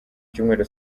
cyumweru